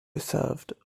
served